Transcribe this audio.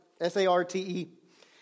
S-A-R-T-E